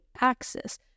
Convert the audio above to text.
axis